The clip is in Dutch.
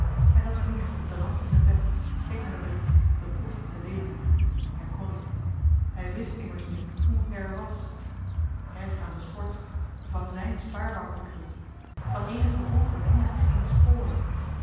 hij zat er neer op den rand van zijn bed keek naar den brief beproefde te lezen hij kon niet hij wist immers nu hoe her was her aan de sport van zijn spaarbankboekje van eenig gevoel voor dina geen spoor